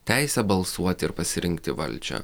teisę balsuoti ir pasirinkti valdžią